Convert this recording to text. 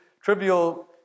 trivial